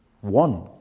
One